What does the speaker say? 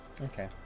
Okay